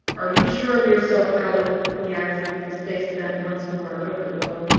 are you sure of yourself, allan? he asked, with his face bent once more over the book.